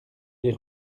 l’ai